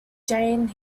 jane